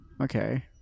Okay